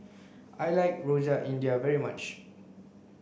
I like rojak india very much